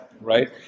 right